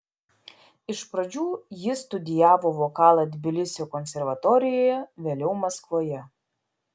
iš pradžių jis studijavo vokalą tbilisio konservatorijoje vėliau maskvoje